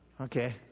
okay